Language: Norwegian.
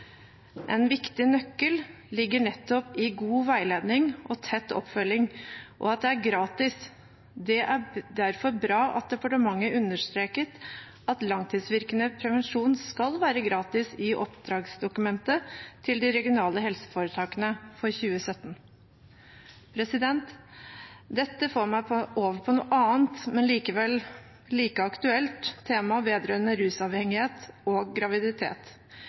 En viktig nøkkel ligger nettopp i god veiledning og tett oppfølging, og at det er gratis. Det er derfor bra at departementet i oppdragsdokumentet til de regionale helseforetakene for 2017 understreket at langtidsvirkende prevensjon skal være gratis. Dette får meg over på et annet, men likevel like aktuelt tema vedrørende rusavhengighet og graviditet.